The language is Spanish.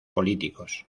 políticos